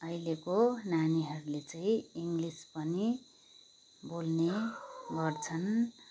अहिलेको नानीहरूले चाहिँ इङ्गलिस पनि बोल्ने गर्छन्